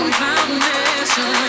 foundation